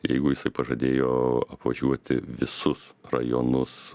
jeigu jisai pažadėjo apvažiuoti visus rajonus